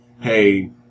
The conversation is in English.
hey